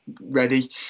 ready